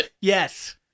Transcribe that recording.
Yes